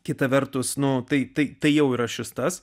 kita vertus nu tai taip tai jau yra šis tas